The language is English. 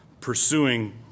pursuing